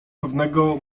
pewnego